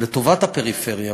לטובת הפריפריה.